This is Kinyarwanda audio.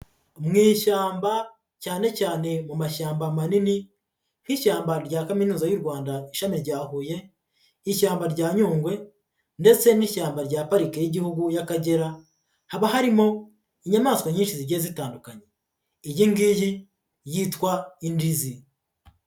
Mu ishyamba, cyane cyane mu mashyamba manini nk'ishyamba rya kaminuza y'u Rwanda ishami rya Huye, ishyamba rya Nyungwe ndetse n'ishyamba rya Pariki y'igihugu y'Akagera, haba harimo inyamaswa nyinshi zigiye zitandukanye, iyi ngiyi yitwa indizi.